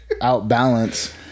outbalance